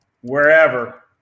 wherever